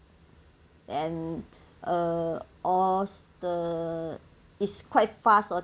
and uh all the is quite fast oh